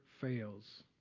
fails